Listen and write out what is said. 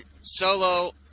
Solo